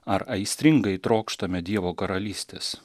ar aistringai trokštame dievo karalystės